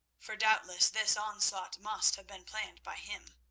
for doubtless this onslaught must have been planned by him.